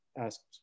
asked